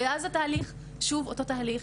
ואז התהליך שוב אותו תהליך.